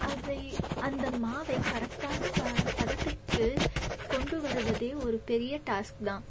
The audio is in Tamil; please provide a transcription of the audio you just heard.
அதை அந்த மாவை கரெக்டான ப பதத்துக்கு கொண்டு வருவது ஒரு பெரிய டாஸ்க் தான்